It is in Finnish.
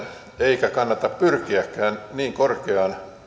eikä kannata pyrkiäkään niin korkeaan